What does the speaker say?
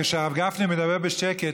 הרב גפני מדבר בשקט,